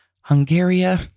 Hungary